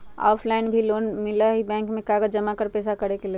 Offline भी loan मिलहई bank में कागज जमाकर पेशा करेके लेल?